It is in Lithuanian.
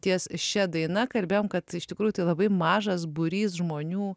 ties šia daina kalbėjom kad iš tikrųjų tai labai mažas būrys žmonių